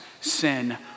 sin